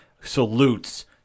salutes